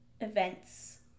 events